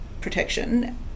protection